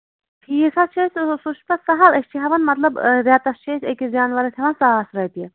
fees حظ چھُ اَسہِ سُہ چھُ پَتہٕ سَہل أسۍ چھِ ہیٚوان مطلب ریٚتَس چھِ أسۍ أکِس جانورَس ہیٚوان ساس رۄپیہِ